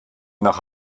nach